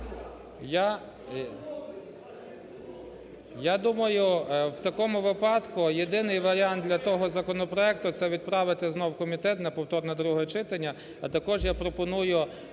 Я думаю, в такому випадку єдиний варіант для того законопроекту – це відправити знову в комітет на повторне друге читання. А також я пропоную